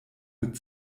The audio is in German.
mit